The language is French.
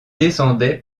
descendaient